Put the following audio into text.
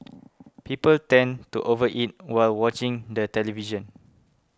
people tend to over eat while watching the television